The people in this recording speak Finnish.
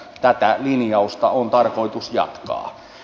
tätä linjausta on tarkoitus jatkaa